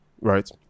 right